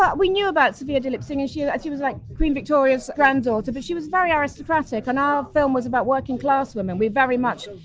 but we knew about sophia duleep singh as you she was like queen victoria's granddaughter. but she was very ah aristocratic and our film was about working class women we very much.